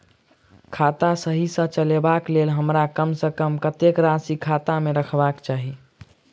खाता सही सँ चलेबाक लेल हमरा कम सँ कम कतेक राशि खाता पर रखबाक चाहि?